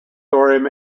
thorium